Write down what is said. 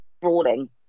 brawling